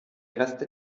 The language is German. reste